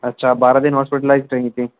اچھا بارہ دن ہاسپٹلائیزڈ رہی تھیں